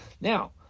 now